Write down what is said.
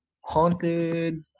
Haunted